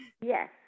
Yes